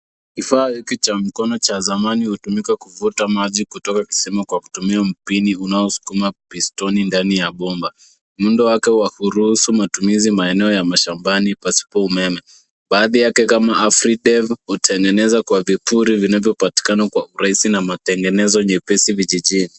Kifaa hiki cha mkono cha zamani, hutumika kuvuta maji kutoka kisimani kwa kutumia umpini, unaousukuma pistoni ndani ya bomba. Muundo wakewa kuruhusu kuruhusu matumizi maeneo ya mashambani pasipo umeme. Baadhi yake kama Afridef hutengenezwa kwa vipuri vinavyopatikana kwa urahisi, na matengenezo nyepesi vijiji."